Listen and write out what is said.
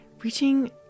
reaching